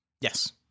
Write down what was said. Yes